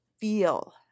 feel